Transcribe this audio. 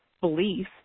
belief